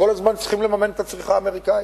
כל הזמן צריכים לממן את הצריכה האמריקנית?